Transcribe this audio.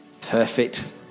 perfect